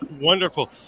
Wonderful